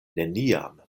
neniam